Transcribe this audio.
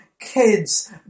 kids